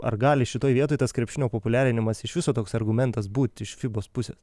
ar gali šitoj vietoj tas krepšinio populiarinimas iš viso toks argumentas būt iš fibos pusės